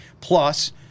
Plus